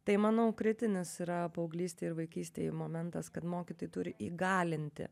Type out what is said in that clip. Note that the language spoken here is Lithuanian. tai manau kritinis yra paauglystė ir vaikystėje momentas kad mokytojai turi įgalinti